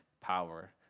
power